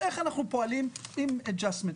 איך אנחנו פועלים עם adjustments.